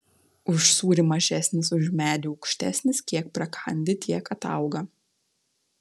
už sūrį mažesnis už medį aukštesnis kiek prakandi tiek atauga